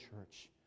church